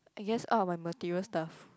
I think all my material stuff